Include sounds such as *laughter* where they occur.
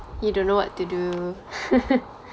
you don't know what to do *laughs*